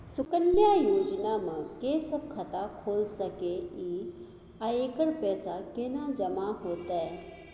सुकन्या योजना म के सब खाता खोइल सके इ आ एकर पैसा केना जमा होतै?